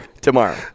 tomorrow